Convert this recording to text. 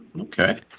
Okay